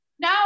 No